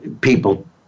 people